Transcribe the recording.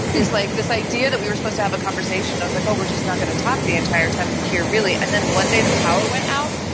it's like this idea that we were supposed to have a conversation. i was like, oh, we're just not going to talk the entire time here, really. and then one day the power went out.